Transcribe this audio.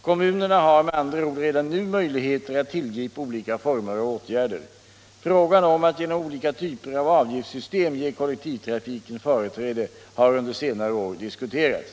Kommunerna har med andra ord redan nu möjligheter att tillgripa olika former av åtgärder. Frågan om att genom olika typer av avgiftssystem ge kollektivtrafiken företräde har under senare år diskuterats.